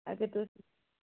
अगर तुस